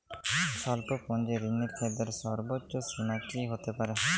স্বল্প পুঁজির ঋণের ক্ষেত্রে সর্ব্বোচ্চ সীমা কী হতে পারে?